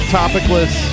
topicless